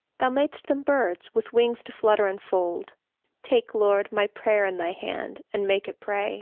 thou mad'st them birds, with wings to flutter and fold take, lord, my prayer in thy hand, and make it pray.